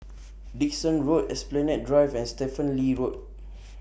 Dickson Road Esplanade Drive and Stephen Lee Road